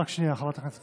רק שנייה, חברת הכנסת.